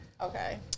Okay